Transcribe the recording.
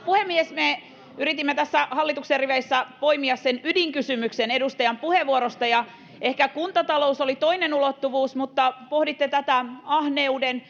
puhemies me yritimme täällä hallituksen riveissä poimia sen ydinkysymyksen edustajan puheenvuorosta ja kuntatalous oli ehkä toinen ulottuvuus mutta pohditte tätä